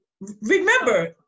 Remember